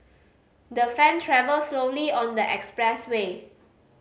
the fan travelled slowly on the expressway